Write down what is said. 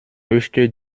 möchte